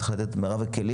צריך לתת את מרב הכלים.